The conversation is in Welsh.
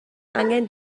angen